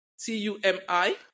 T-U-M-I